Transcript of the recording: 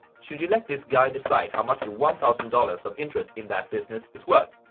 should you let this guy decide how much your one thousand dollars of interest in that business is worth?